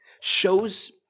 shows